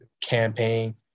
campaign